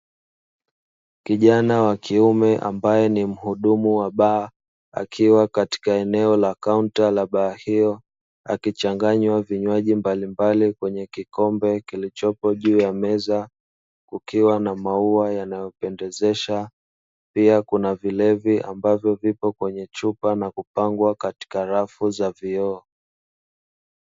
Kijana wa kiume, ambaye ni mhudumu wa baa, akiwa katika eneo la kaunta la baa hiyo akichanganya vinywaji vya aina mbalimbali kwenye kikombe kilichopo juu ya meza, kukiwa na maua yanayopendezesha, pia kuna vilevi ambapo vipo kwenye chupa na vimepangwa katika rafu za vioo.